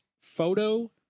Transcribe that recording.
photo